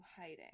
hiding